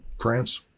france